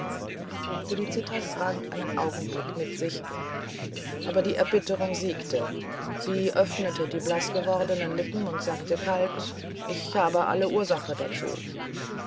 felicitas rang einen augenblick mit sich aber die erbitterung siegte sie öffnete die blaßgewordenen lippen und sagte kalt ich habe alle ursache dazu